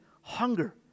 hunger